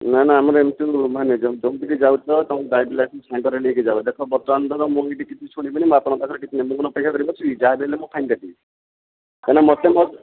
ନା ନା ଆମର ଏମିତି ମାନେ ଯୋଉଠିକି ଯାଉଥିବ ତମେ ଡ୍ରାଇଭିଂ ଲାଇସେନ୍ସ ସାଙ୍ଗରେ ନେଇକି ଯାଅ ଦେଖ ବର୍ତ୍ତମାନ୍ ମୁଁ ଏଇଠି କିଛି ଶୁଣିବିନି ଆପଣଙ୍କର ପାଖରେ କିଛି ନାହିଁ ମୁଁ କ'ଣ ଅପେକ୍ଷାକରି ବସିବି ଯାହାବି ହେଲେ ମୁଁ ଫାଇନ୍ କାଟିବି କାରଣ ମୋତେ ମୋ